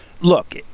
Look